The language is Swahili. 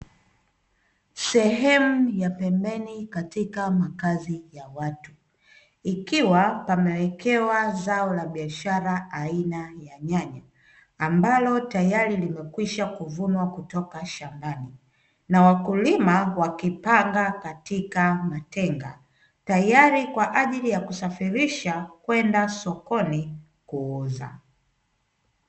Sehemu ya pembeni katika makazi ya watu. Ikiwa pamewekewa zao la biashara aina ya nyanya, ambalo tayari limekwisha vunwa kutoka shambani. Na wakulima wakipanga katika matenga, tayari kwa ajili ya kusafirisha kwenda sokoni kuuza.